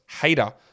hater